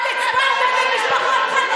אני איכנס לאן שאני רוצה,